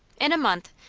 in a month,